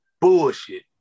bullshit